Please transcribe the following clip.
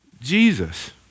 Jesus